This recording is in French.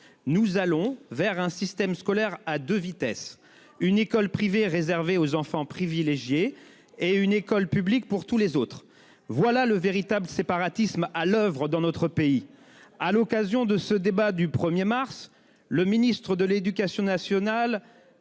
Nous allons vers un système scolaire à 2 vitesses, une école privée réservée aux enfants privilégiés et une école publique pour tous les autres, voilà le véritable séparatisme à l'oeuvre dans notre pays à l'occasion de ce débat du 1er mars. Le ministre de l'Éducation nationale.